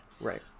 Right